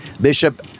Bishop